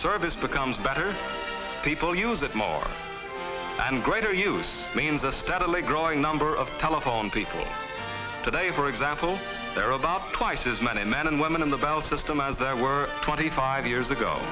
service becomes better people use it more and greater use means a steadily growing number of telephone people today for example there are about twice as many men and women in the bell system as there were twenty five years ago